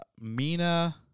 Mina